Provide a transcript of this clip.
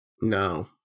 No